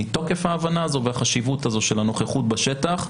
מתוקף ההבנה הזו והחשיבות הזו של הנוכחות בשטח.